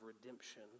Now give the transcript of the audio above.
redemption